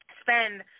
spend